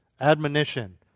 Admonition